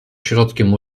środkiem